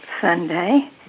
Sunday